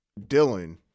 Dylan